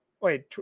wait